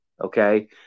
okay